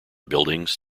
buildings